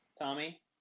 Tommy